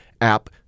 app